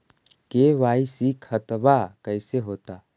KYC खतबा कैसे होता?